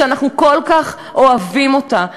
שאנחנו כל כך אוהבים אותה,